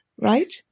right